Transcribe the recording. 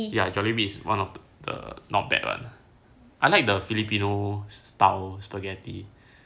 ya jollibee is one of the not bad one I like the filipino style spaghetti